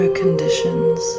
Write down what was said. conditions